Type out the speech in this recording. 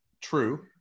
True